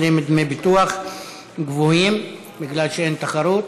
נאלצות לשלם דמי ביטוח גבוהים בגלל שאין תחרות,